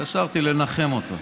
התקשרתי לנחם אותו,